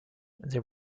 they